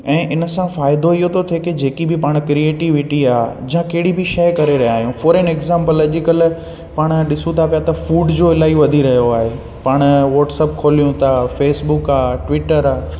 ऐं इन सां फ़ाइदो इहो थो थिए की जेकी बि पाण क्रिएटिविटी आहे जा कहिड़ी बि शइ करे रहिया आहियूं फोर एन एग्ज़ाम्पल अॼुकल्ह पाण ॾिसूं था पिया त फूड जो इलाही वधी रहियो आहे पाण वॉट्सअप खोलियूं था फेसबुक आहे ट्विटर आहे